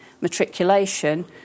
matriculation